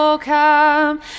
come